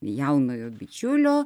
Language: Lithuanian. jaunojo bičiulio